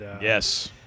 Yes